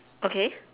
okay